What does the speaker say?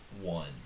one